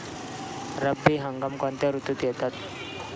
रब्बी हंगाम कोणत्या ऋतूत येतात?